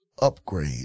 upgrade